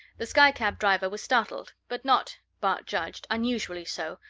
the skycab driver was startled, but not, bart judged, unusually so,